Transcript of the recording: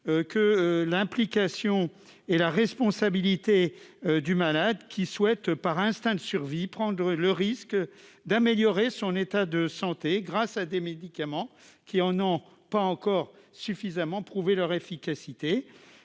que l'implication et la responsabilité du malade qui souhaite par instinct de survie, prendre le risque d'améliorer son état de santé grâce à des médicaments qui en ont pas encore suffisamment prouvé leur efficacité,